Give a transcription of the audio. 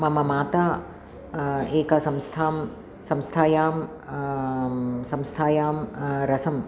मम माता एकसंस्थां संस्थायां संस्थायां रसं